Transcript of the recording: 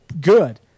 good